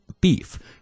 beef